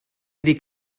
iddi